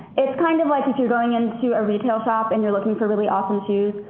it's kind of like if you're going into a retail shop and you're looking for really awesome shoes,